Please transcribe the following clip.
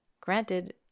Granted